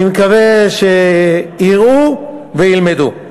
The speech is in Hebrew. אני מקווה שיראו וילמדו.